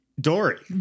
Dory